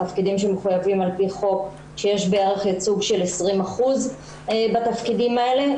בתפקידים שמחויבים על פי חוק שיש בערך ייצוג של 20% בתפקידים האלה,